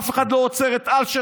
אף אחד לא עוצר את אלשיך,